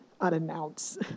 unannounced